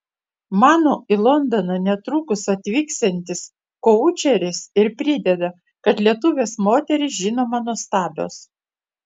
mano į londoną netrukus atvyksiantis koučeris ir prideda kad lietuvės moterys žinoma nuostabios